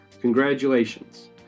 congratulations